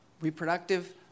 reproductive